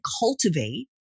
cultivate